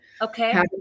Okay